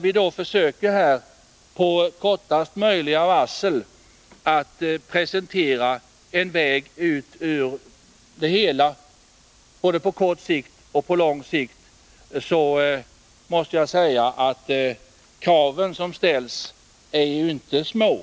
Vi försöker efter kortaste möjliga varsel presentera en väg ut ur problemen både på kort och på lång sikt, men jag måste säga att de krav som ställs här inte är små.